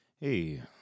Hey